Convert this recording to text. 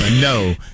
No